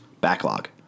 backlog